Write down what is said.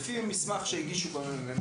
לפי המסמך שהגישו בממ"מ,